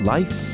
Life